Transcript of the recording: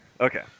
okay